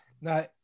Now